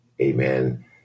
Amen